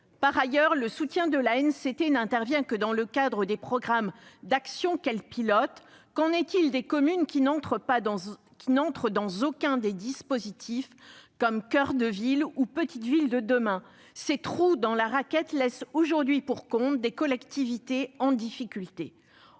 Par ailleurs, le soutien de l'ANCT n'intervient que dans le cadre des programmes d'action qu'elle pilote. Qu'en est-il des communes qui n'entrent dans aucun des dispositifs, comme les programmes Action coeur de ville ou Petites Villes de demain ? Ces trous dans la raquette laissent pour compte des collectivités en difficulté.